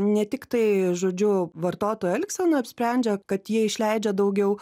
ne tiktai žodžiu vartotojo elgsena apsprendžia kad jie išleidžia daugiau